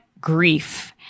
Grief